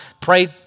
pray